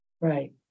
Right